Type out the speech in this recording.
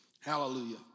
Hallelujah